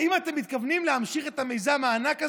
האם אתם מתכוונים להמשיך את המיזם הענק הזה?